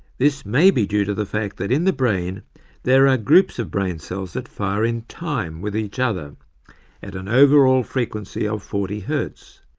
this may be due to the fact that in the brain there are groups of brain cells that fire in time with each other at an overall frequency of forty hz.